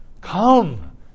Come